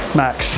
max